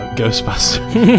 Ghostbuster